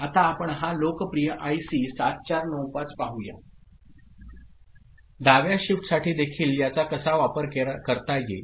आता आपण हा लोकप्रिय आयसी 7495 पाहू या डाव्या शिफ्टसाठी देखील याचा कसा वापर करता येईल